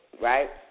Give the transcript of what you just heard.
right